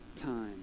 time